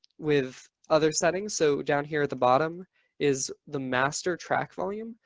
with other settings. so down here at the bottom is the master track volume.